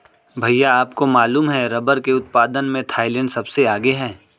भैया आपको मालूम है रब्बर के उत्पादन में थाईलैंड सबसे आगे हैं